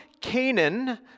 Canaan